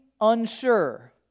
unsure